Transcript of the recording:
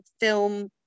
film